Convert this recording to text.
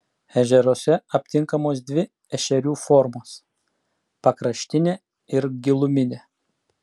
ežeruose aptinkamos dvi ešerių formos pakraštinė ir giluminė